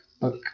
book